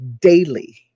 daily